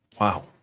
Wow